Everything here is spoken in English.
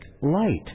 light